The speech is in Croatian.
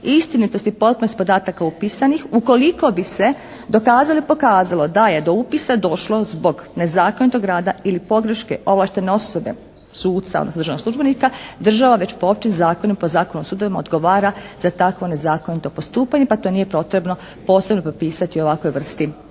razumije se./ … podataka upisanih ukoliko bi se dokazalo i pokazalo da je do upisa došlo zbog nezakonitog rada ili pogreške ovlaštene osobe, suca, odnosno državnog službenika, država već po općem zakonu, tj. Zakonu o sudovima odgovara za takvo nezakonito postupanje pa tu nije potrebno posebno propisati ovakvoj vrsti